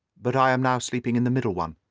but i am now sleeping in the middle one.